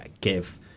give